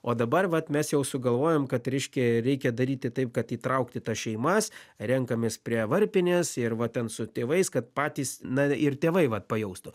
o dabar vat mes jau sugalvojom kad reiškia reikia daryti taip kad įtraukti tas šeimas renkamės prie varpinės ir va ten su tėvais kad patys na ir tėvai vat pajaustų